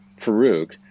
Farouk